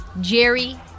Jerry